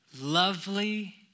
lovely